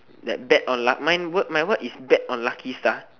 that bet or luck mine word my word is bet or lucky star